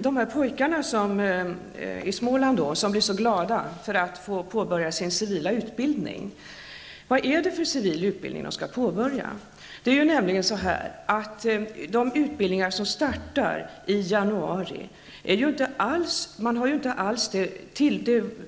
Herr talman! Anders Björck sade att pojkarna i Småland blev glada över att få påbörja sin civila utbildning. Men vad är det för civil utbildning de skall påbörja? Om man startar en utbildning i januari har man ju inte alls